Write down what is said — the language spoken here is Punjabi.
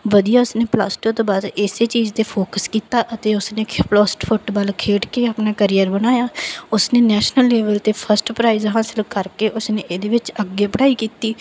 ਵਧੀਆ ਉਸਨੇ ਪਲੱਸ ਟੂ ਤੋਂ ਬਾਅਦ ਇਸੇ ਚੀਜ਼ 'ਤੇ ਫੋਕਸ ਕੀਤਾ ਅਤੇ ਉਸਨੇ ਫੁੱਟਬਾਲ ਖੇਡ ਕੇ ਆਪਣਾ ਕਰੀਅਰ ਬਣਾਇਆ ਉਸਨੇ ਨੈਸ਼ਨਲ ਲੈਵਲ 'ਤੇ ਫਸਟ ਪ੍ਰਾਈਜ਼ ਹਾਸਲ ਕਰਕੇ ਉਸ ਨੇ ਇਹਦੇ ਵਿੱਚ ਅੱਗੇ ਪੜ੍ਹਾਈ ਕੀਤੀ